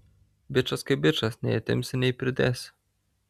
bičas kaip bičas nei atimsi nei pridėsi